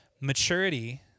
Maturity